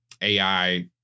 AI